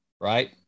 right